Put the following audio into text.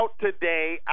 today